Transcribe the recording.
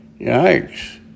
Yikes